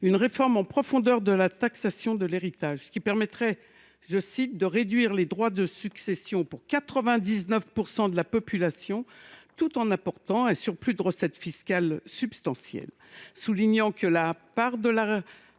une réforme en profondeur de la taxation de l’héritage dont la mise en œuvre permettrait de « réduire les droits de succession pour 99 % de la population tout en apportant un surplus de recettes fiscales substantiel ».